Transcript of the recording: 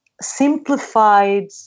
simplified